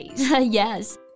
Yes